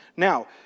Now